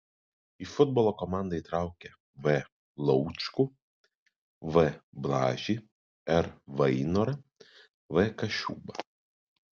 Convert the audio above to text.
į futbolo komandą įtraukė v laučkų v blažį r vainorą v kašubą